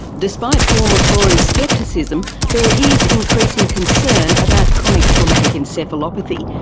despite paul mccrory's scepticism, there is increasing concern about chronic traumatic encephalopathy,